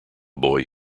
boy